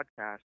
podcast